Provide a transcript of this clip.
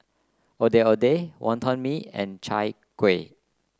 Ondeh Ondeh Wonton Mee and Chai Kuih